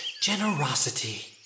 generosity